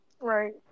Right